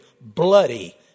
bloody